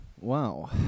Wow